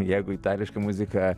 jeigu itališka muzika